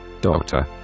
Doctor